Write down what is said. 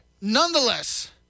Nonetheless